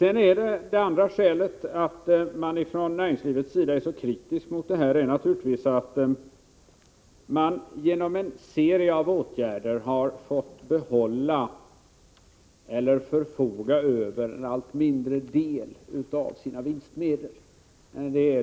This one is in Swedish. Ett annat skäl till att man från näringslivets sida är så kritisk mot detta är naturligtvis att företagen genom en serie åtgärder har fått förfoga över allt mindre del av sina vinstmedel.